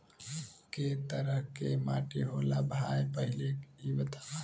कै तरह के माटी होला भाय पहिले इ बतावा?